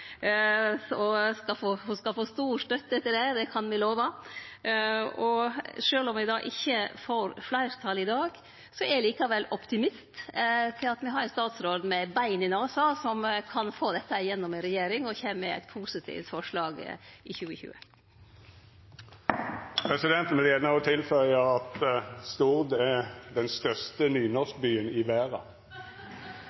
Ho skal få stor støtte til det, det kan me love. Sjølv om me ikkje får fleirtal i dag, er eg optimist med tanke på at me har ein statsråd med bein i nasen som kan få dette igjennom i regjering og kjem med eit positivt forslag i 2020. Presidenten vil gjerne òg tilføya at Stord er den største